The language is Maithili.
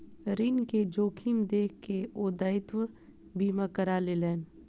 ऋण के जोखिम देख के ओ दायित्व बीमा करा लेलैन